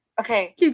Okay